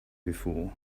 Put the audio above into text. before